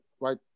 right